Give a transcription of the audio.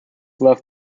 left